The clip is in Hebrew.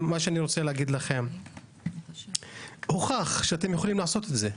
אני רוצה להגיד שהוכח בשנה שעברה שאתם יכולים לעשות את זה.